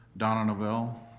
donna novelle.